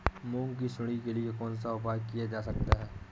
मूंग की सुंडी के लिए कौन सा उपाय किया जा सकता है?